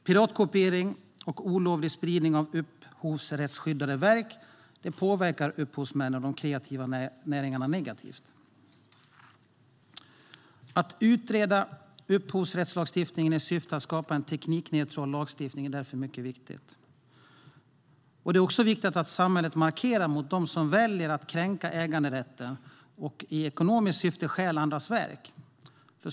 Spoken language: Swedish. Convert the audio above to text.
Piratkopiering och olovlig spridning av upphovsrättsskyddade verk påverkar upphovsmän och de kreativa näringarna negativt. Att utreda upphovsrättslagstiftningen i syfte att skapa en teknikneutral lagstiftning är därför mycket viktigt. Det är också viktigt att samhället markerar mot dem som väljer att kränka äganderätten och i ekonomiskt syfte stjäl andras verk.